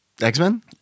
X-Men